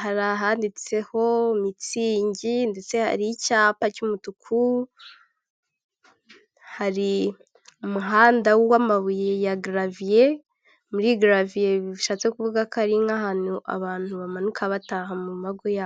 hari ahanditseho mitsingi, ndetse hari icyapa cy'umutuku, hari umuhanda w'amabuye ya garaviye, muri garaviye bishatse kuvuga ko ari nk'ahantu abantu bamanuka bataha mu mago yabo.